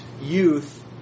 youth